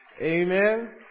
Amen